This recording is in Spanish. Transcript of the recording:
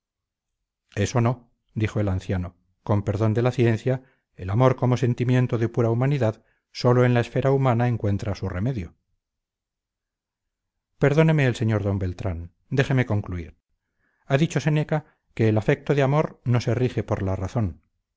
eso no dijo el anciano con perdón de la ciencia el amor como sentimiento de pura humanidad sólo en la esfera humana encuentra su remedio perdóneme el sr d beltrán déjeme concluir ha dicho séneca que el afecto de amor no se rige por la razón